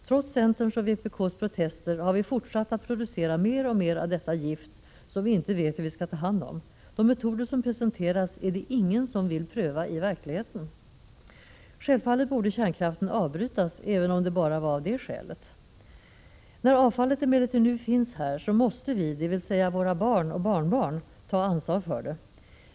Trots centerns och vpk:s protester har man fortsatt att producera mer och mer av detta gift, som vi inte vet hur vi skall ta hand om. De metoder som presenterats är det ingen som vill pröva i verkligheten. Självfallet borde kärnkraften avbrytas även om det bara var av det skälet. När avfallet emellertid nu finns här måste vi, dvs. våra barn och barnbarn, ta ansvar för det.